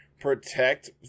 protect